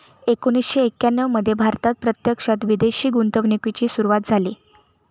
एकोणीसशे एक्याण्णव मध्ये भारतात प्रत्यक्षात विदेशी गुंतवणूकीची सुरूवात झाली